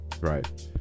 right